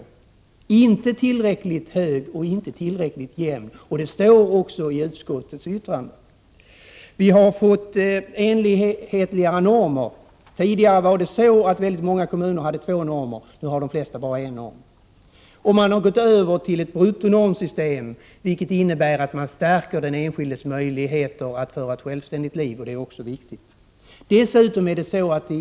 Men inte tillräckligt hög och inte tillräckligt jämn, vilket också står i utskottets yttrande. Vi har fått enhetligare normer. Tidigare hade väldigt många kommuner två normer. Nu har de flesta bara en norm. De har gått över till ett bruttonormsystem, vilket innebär att man stärker den enskildes möjligheter att föra ett självständigt liv. Det är också viktigt.